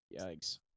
Yikes